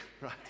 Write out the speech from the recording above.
right